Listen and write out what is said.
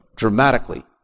dramatically